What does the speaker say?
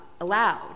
allowed